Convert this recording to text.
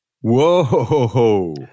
Whoa